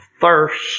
thirst